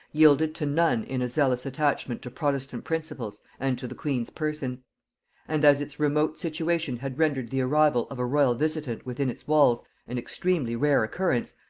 yielded to none in a zealous attachment to protestant principles and to the queen's person and as its remote situation had rendered the arrival of a royal visitant within its walls an extremely rare occurrence,